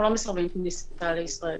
אנחנו לא מסרבים כניסה לישראל.